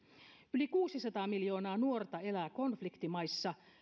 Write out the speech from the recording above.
yli kuusisataa miljoonaa nuorta elää konfliktimaissa